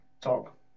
talk